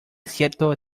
cierto